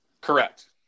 Correct